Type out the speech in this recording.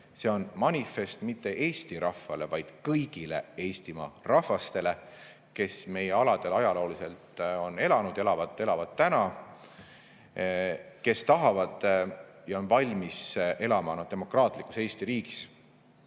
See on manifest mitte Eesti rahvale, vaid kõigile Eestimaa rahvastele, kes meie aladel ajalooliselt on elanud, elavad täna ja kes tahavad elada ja on valmis elama demokraatlikus Eesti riigis.